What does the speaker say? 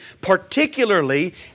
particularly